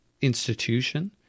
institution